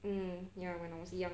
um ya when I was young